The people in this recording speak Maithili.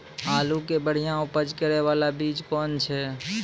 आलू के बढ़िया उपज करे बाला बीज कौन छ?